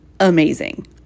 amazing